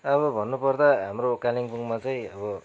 अब भन्नुपर्दा हाम्रो कालिम्पोङमा चाहिँ अब